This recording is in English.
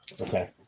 Okay